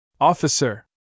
Officer